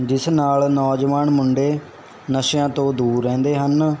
ਜਿਸ ਨਾਲ ਨੌਜਵਾਨ ਮੁੰਡੇ ਨਸ਼ਿਆਂ ਤੋਂ ਦੂਰ ਰਹਿੰਦੇ ਹਨ